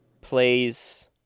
Plays